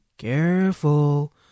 Careful